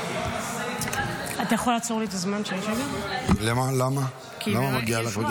תודה רבה.